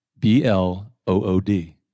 B-L-O-O-D